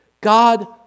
God